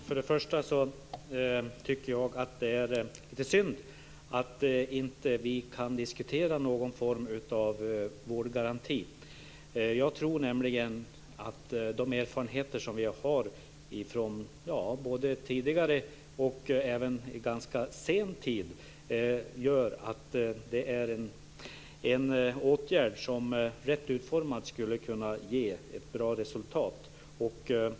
Fru talman! Jag tycker att det lite synd att vi inte kan diskutera någon form av vårdgaranti. Jag tror nämligen att de erfarenheter som vi har från tidigare och även från senare tid gör att det är en åtgärd som rätt utformad skulle kunna ge ett bra resultat.